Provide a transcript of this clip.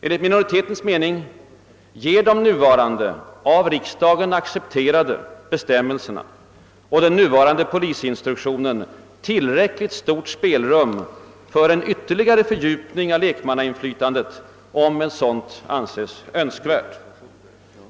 Enligt minoritetens mening ger de nuvarande av riksdagen accepterade bestämmelserna och den nuvarande polisinstruktionen tillräckligt stort spelrum för en ytterligare fördjupning av lekmannainflytandet, om ett sådant anses önskvärt.